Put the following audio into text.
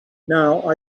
now